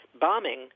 bombing